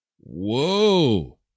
Whoa